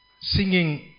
Singing